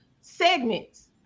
segments